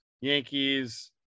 Yankees